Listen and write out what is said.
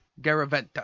Garaventa